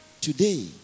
today